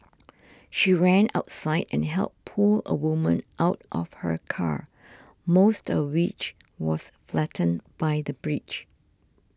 she ran outside and helped pull a woman out of her car most of which was flattened by the bridge